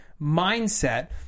mindset